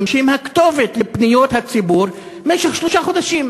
שהם הכתובת לפניות הציבור במשך שלושה חודשים,